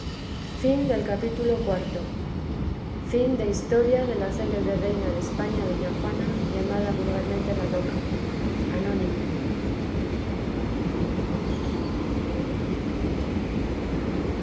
the project gutenberg ebook of historia de la célebre reina de españa doña juana llamada vulgarmente la loca